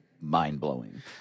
mind-blowing